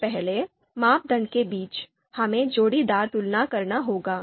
सबसे पहले मापदंड के बीच हमें जोड़ीदार तुलना करना होगा